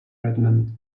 redmond